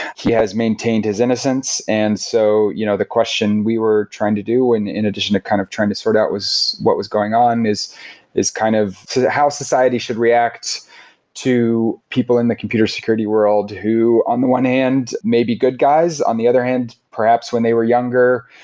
he has maintained his innocence. and so you know the question we were trying to do when in addition to kind of trying to sort out was what was going on is is kind of how society should react to people in the computer security world, who on the one hand may be good guys, on the other hand perhaps when they were younger,